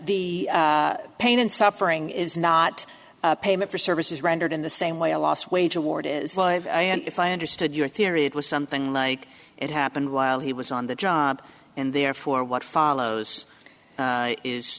because the pain and suffering is not payment for services rendered in the same way a loss wage a war it is and if i understood your theory it was something like it happened while he was on the job and therefore what follows is is